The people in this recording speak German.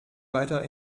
weiter